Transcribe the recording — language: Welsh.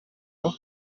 nhw